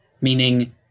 meaning